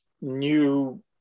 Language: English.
new